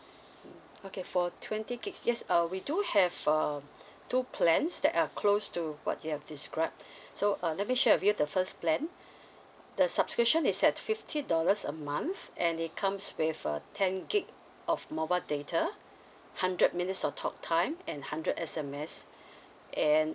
mm okay for twenty gigs yes uh we do have um two plans that are close to what you have described so um let me share with you the first plan the subscription is at fifty dollars a month and it comes with a ten gig of mobile data hundred minutes of talk time and hundred S_M_S and